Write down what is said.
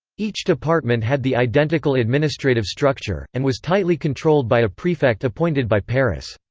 each department had the identical administrative structure, and was tightly controlled by a prefect appointed by paris.